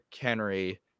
Henry